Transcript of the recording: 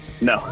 no